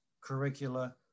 curricula